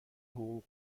حقوق